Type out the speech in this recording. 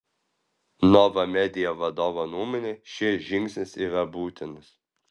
nova media vadovo nuomone šis žingsnis yra būtinas